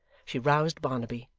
she roused barnaby,